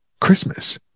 Christmas